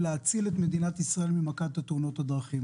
להציל את מדינת ישראל ממכת תאונות הדרכים,